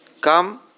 come